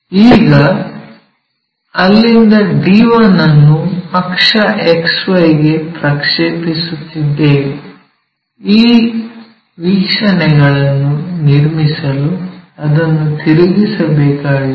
ಈಗ ಅಲ್ಲಿಂದ d1 ಅನ್ನು ಅಕ್ಷ XY ಗೆ ಪ್ರಕ್ಷೇಪಿಸಿದ್ದೇವೆ ಈ ವೀಕ್ಷಣೆಗಳನ್ನು ನಿರ್ಮಿಸಲು ಅದನ್ನು ತಿರುಗಿಸಬೇಕಾಗಿದೆ